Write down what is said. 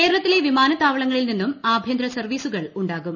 കേരളത്തിലെ വിമാനത്താവളങ്ങളിൽ നിന്നും ആഭ്യന്തര സർവീസുകൾ ഉണ്ടാകും